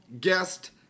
guest